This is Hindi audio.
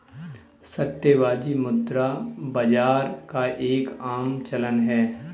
सट्टेबाजी मुद्रा बाजार का एक आम चलन है